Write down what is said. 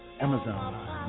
Amazon